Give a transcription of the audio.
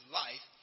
life